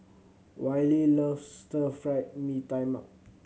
Wiley loves Stir Fried Mee Tai Mak